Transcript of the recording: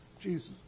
Jesus